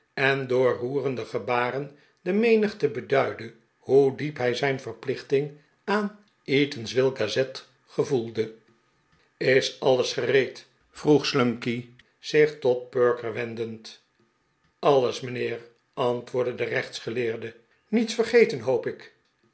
en door roerende gebaren de menigte beduidde hoe diep hij zijn yerplichting aan de eatanswill gazette gevoelde is alles gereed vroeg slumkey zich tot perker wendend alles mijnheer antwoordde de rechtsgeleerde niets vergeten hoop ik